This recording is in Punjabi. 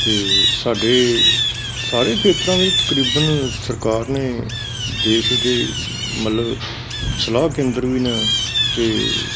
ਅਤੇ ਸਾਡੇ ਸਾਰੇ ਖੇਤਰਾਂ ਵਿੱਚ ਤਕਰੀਬਨ ਸਰਕਾਰ ਨੇ ਦੇਸ਼ ਦੀ ਮਤਲਬ ਸਲਾਹ ਕੇਂਦਰ ਵੀ ਨੇ ਅਤੇ